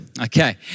okay